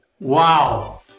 Wow